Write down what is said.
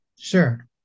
Sure